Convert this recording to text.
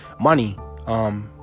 money